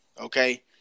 Okay